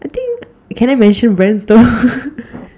I think can I mention brands though